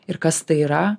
ir kas tai yra